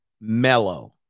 mellow